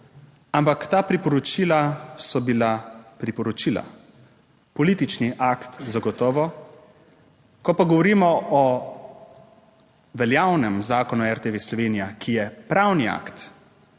Ampak ta priporočila so bila priporočila -politični akt zagotovo. Ko pa govorimo o veljavnem Zakonu o RTV Slovenija, ki je pravni akt,